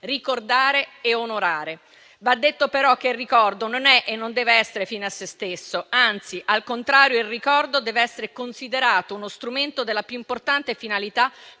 ricordare e onorare. Va detto, però, che il ricordo non è e non deve essere fine a se stesso; anzi, al contrario il ricordo deve essere considerato uno strumento della più importante finalità